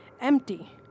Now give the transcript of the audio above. Empty